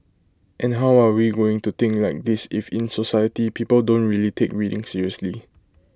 and how are we going to think like this if in society people don't really take reading seriously